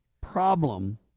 problem